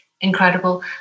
incredible